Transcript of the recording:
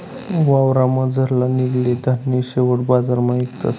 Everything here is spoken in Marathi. वावरमझारलं निंघेल धान्य शेवट बजारमा इकतस